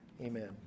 amen